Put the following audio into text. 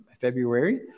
February